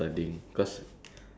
but then if would